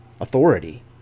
authority